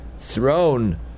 throne